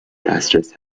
دسترس